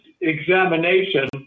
examination